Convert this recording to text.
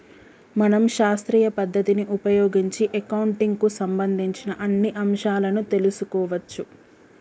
మనం శాస్త్రీయ పద్ధతిని ఉపయోగించి అకౌంటింగ్ కు సంబంధించిన అన్ని అంశాలను తెలుసుకోవచ్చు